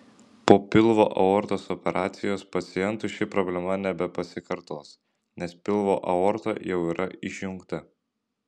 po pilvo aortos operacijos pacientui ši problema nebepasikartos nes pilvo aorta jau yra išjungta